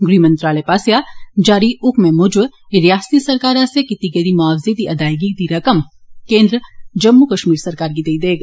गृह मंत्रालय पास्सेआ जारी हुकमै मुजब रयासती सरकार आस्सेआ कीती गेदी मुआावजे दी अदायगी दी रकम केंद्र जम्मू कश्मीर सरकार गी देई देग